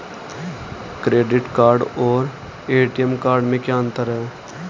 Credit card और ATM card में क्या अंतर है?